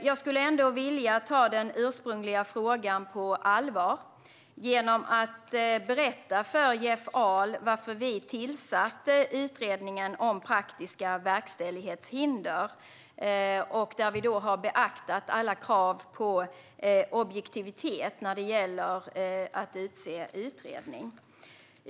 Jag skulle ändå vilja ta den ursprungliga frågan på allvar genom att berätta för Jeff Ahl varför vi tillsatte utredningen om praktiska verkställighetshinder. Vi har då beaktat alla krav på objektivitet när det gäller att utse utredare.